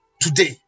today